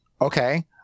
Okay